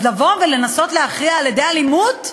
אז לבוא ולנסות להכריע על-ידי אלימות?